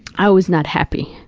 i was not happy.